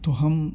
تو ہم